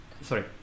sorry